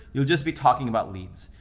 you'll just be talking about leads,